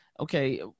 okay